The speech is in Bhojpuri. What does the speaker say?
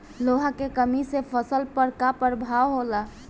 लोहा के कमी से फसल पर का प्रभाव होला?